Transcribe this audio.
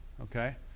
Okay